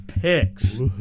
picks